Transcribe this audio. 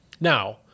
Now